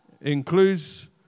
includes